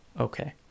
Okay